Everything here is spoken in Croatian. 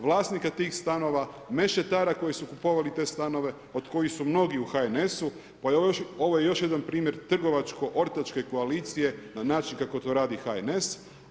Vlasnika tih stanova, mešetara koji su kupovali te stanove, od kojih su mnogi u HNS-u, pa je ovo još jedan primjer trgovačko-ortačke koalicije na način kako to radi HNS.